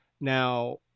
Now